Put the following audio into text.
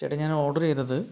ചേട്ടാ ഞാൻ ഓർഡർ ചെയ്തത്